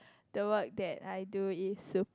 the work that I do is super